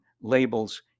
labels